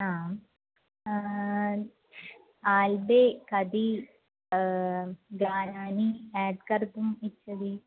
आम् आल्बे कति गानानि आड् कर्तुम् इच्छति